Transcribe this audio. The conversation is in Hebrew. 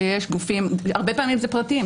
שיש גופים הרבה פעמים אלו פרטיים,